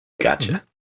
Gotcha